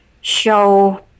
show